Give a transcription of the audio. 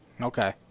Okay